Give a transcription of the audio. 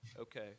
Okay